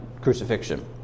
crucifixion